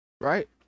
Right